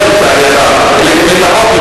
לא, לצערי הרב.